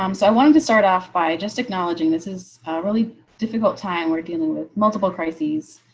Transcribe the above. um so i wanted to start off by just acknowledging this is really difficult time we're dealing with multiple crises.